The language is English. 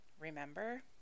Remember